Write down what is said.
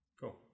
Cool